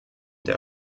der